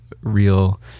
real